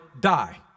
die